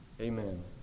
Amen